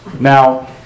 Now